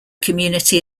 community